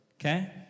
Okay